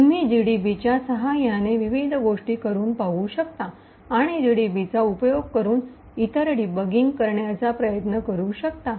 तुम्ही जीडीबीच्या सहाय्याने विविध गोष्टी करुन पाहु शकता आणि जीडीबीचा उपयोग करून इतर डिबगिंग करण्याचा प्रयत्न करू शकता